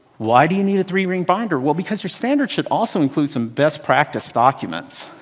why do you need a three ring binder. well, because your standard should also include some best practice documents,